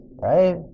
right